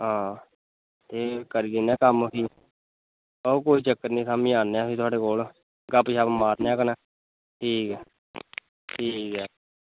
हां ते करी दिन्ने कम्म गी आहो कोई चक्कर निं शाम्मी औन्ने आं फ्ही थोआड़े कोल गप्प शप्प मारने आं कन्नै ठीक ऐ ठीक ऐ